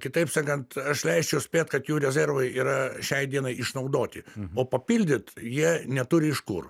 kitaip sakant aš leisčiau spėt kad jų rezervai yra šiai dienai išnaudoti o papildyt jie neturi iš kur